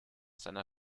seiner